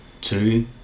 two